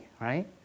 right